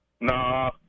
Nah